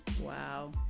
wow